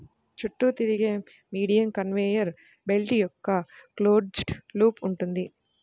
చుట్టూ తిరిగే medium conveyor belt యొక్క క్లోజ్డ్ లూప్ ఉంటుంది